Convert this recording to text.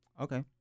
Okay